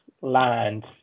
land